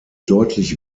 deutlich